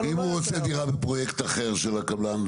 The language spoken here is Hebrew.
אבל אם הוא רוצה דירה בפרויקט אחר של הקבלן,